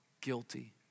guilty